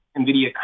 NVIDIA